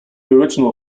original